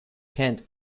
kent